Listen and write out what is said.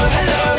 Hello